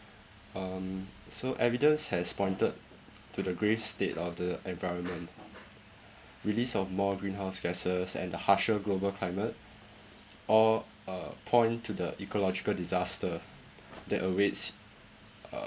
um so evidence has pointed to the grave state of the environment release of more greenhouse gases and the harsher global climate all uh point to the ecological disaster that awaits uh